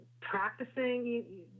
practicing